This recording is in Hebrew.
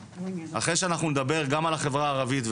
אחרי שאנחנו נדבר גם על החברה הערבית,